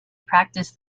practise